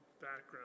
background